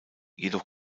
jedoch